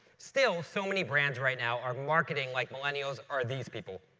still, so many brands right now are marketing like millennials are these people